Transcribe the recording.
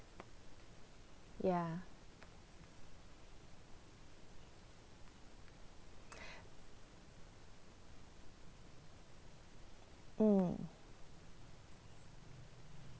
yeah mm